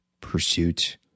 pursuit